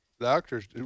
Doctors